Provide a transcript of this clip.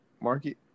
market